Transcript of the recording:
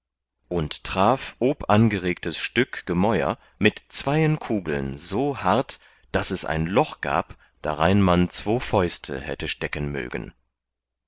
und traf obangeregtes stück gemäuer mit zweien kuglen so hart daß es ein loch gab darein man zwo fäuste hätte stecken mögen